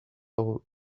all